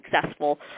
successful